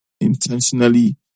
intentionally